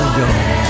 young